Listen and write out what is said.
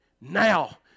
now